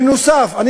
נוסף על זה,